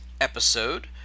episode